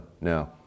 no